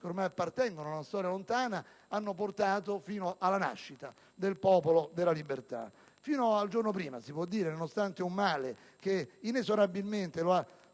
che ormai appartengono ad una storia lontana, ha portato fino alla nascita del Popolo della Libertà. Fino al giorno prima, nonostante un male che inesorabilmente lo ha